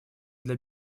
для